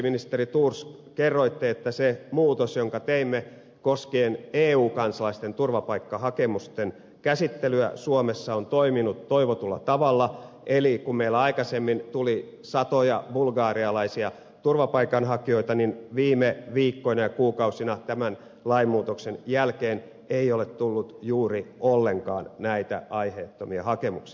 ministeri thors kerroitte että se muutos jonka teimme koskien eu kansalaisten turvapaikkahakemusten käsittelyä suomessa on toiminut toivotulla tavalla eli kun meille aikaisemmin tuli satoja bulgarialaisia turvapaikanhakijoita niin viime viikkoina ja kuukausina tämän lainmuutoksen jälkeen ei ole tullut juuri ollenkaan näitä aiheettomia hakemuksia